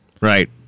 right